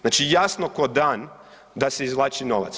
Znači jasno ko dan da se izvlači novac.